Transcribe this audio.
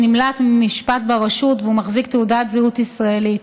והוא נמלט ממשפט ברשות והוא מחזיק תעודת זהות ישראלית.